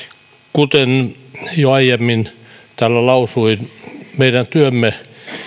kuten jo aiemmin täällä lausuin meidän työmme